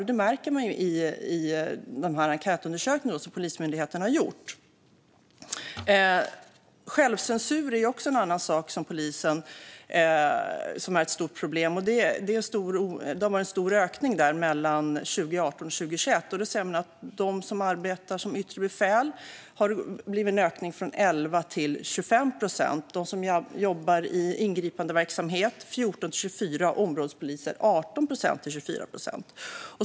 Detta märker man i den enkätundersökning som Polismyndigheten har gjort. Självcensur är en annan sak som är ett stort problem. Det är en stor ökning mellan 2018 och 2021. Man kan se att bland dem som arbetar som yttre befäl har det ökat från 11 till 25 procent. Bland dem som jobbar i ingripandeverksamhet har det ökat från 14 till 24 procent, och bland områdespoliser har det ökat från 18 till 24 procent.